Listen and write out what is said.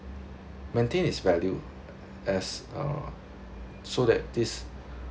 maintain its value as uh so that this